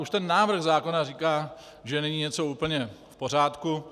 Už ten návrh zákona říká, že není něco úplně v pořádku.